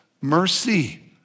mercy